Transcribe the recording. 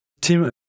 Tim